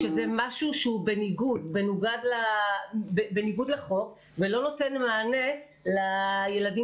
שזה משהו בניגוד לחוק ולא נותן מענה לילדים